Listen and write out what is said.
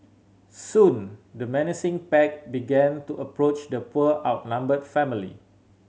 soon the menacing pack began to approach the poor outnumbered family